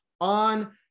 on